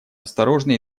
осторожно